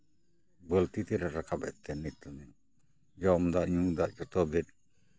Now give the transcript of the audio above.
ᱵᱟᱹᱞᱛᱤ ᱛᱮᱞᱮ ᱨᱟᱠᱟᱵᱮᱜ ᱛᱟᱦᱮᱸᱫ ᱡᱚᱢ ᱫᱟᱜ ᱧᱩ ᱫᱟᱜ ᱡᱷᱚᱛᱚ ᱜᱮ